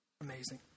amazing